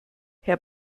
herr